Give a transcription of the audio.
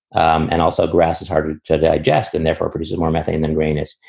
um and also grass is harder to digest and therefore produces more methane than grayness.